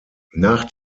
nach